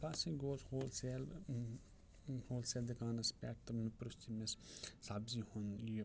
بہٕ ہَسا گوس ہوٗل سیل ہوٗل سیل دُکانَس پٮ۪ٹھ تہٕ مےٚ پرٛیژھ تٔمِس سبزی ہُنٛد یہِ